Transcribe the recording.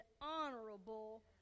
honorable